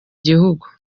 gihugu